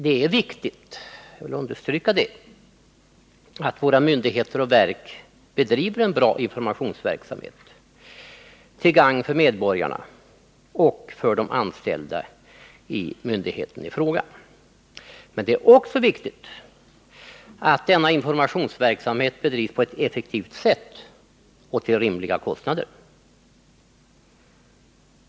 Jag vill understryka att det är viktigt att våra myndigheter och verk bedriver en bra informationsverksamhet till gagn för medborgarna och för de anställda inom myndigheten i fråga. Men det är också viktigt att denna informationsverksamhet bedrivs på ett effektivt sätt och till rimliga kostnader.